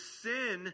sin